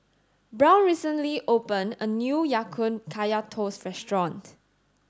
Brown recently opened a new Ya Kun Kaya toast restaurant